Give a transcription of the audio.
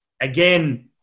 again